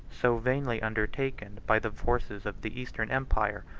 so vainly undertaken by the forces of the eastern empire,